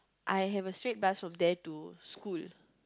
I have a straight bus from there to school